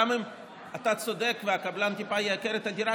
גם אם אתה צודק והקבלן טיפה ייקר את הדירה,